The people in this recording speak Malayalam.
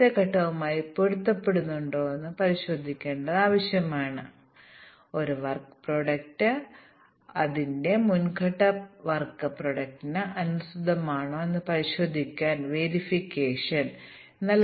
ക്ഷമിക്കണം ലോ ലെവൽ മൊഡ്യൂളുകൾ നിങ്ങൾക്ക് ഇതിനകം അറിയാവുന്നതുപോലെ ലോവർ ലെവൽ മൊഡ്യൂളുകൾ സാധാരണയായി ഇൻപുട്ട് ഔട്ട്പുട്ട് മൊഡ്യൂളുകളാണ് അത് ഒരു യൂസർ ഇൻപുട്ട് എടുക്കുന്ന ഒരു ലളിതമായ GUI ആയിരിക്കാം